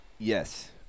Yes